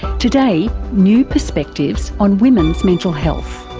today, new perspectives on women's mental health.